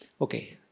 Okay